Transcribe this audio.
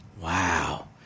Wow